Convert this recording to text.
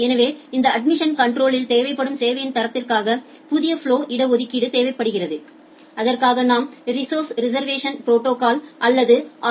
எனவே இந்த அட்மிஷன் கன்ட்ரோலில் தேவைப்படும் சேவையின் தரத்திற்காக புதிய ஃபலொகளில் இட ஒதுக்கீடு தேவைப்படுகிறது அதற்காக நாம் ரிஸோஸர்ஸ் ரிசா்வேஸன் ப்ரோடோகால் அல்லது ஆர்